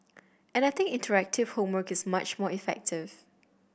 and I think interactive homework is much more effective